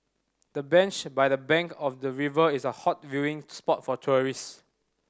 the bench by the bank of the river is a hot viewing spot for tourist